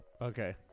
Okay